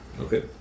Okay